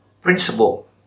Principle